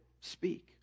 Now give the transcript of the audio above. speak